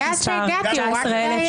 מאז שהגעתי הוא רק מאיים.